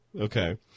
Okay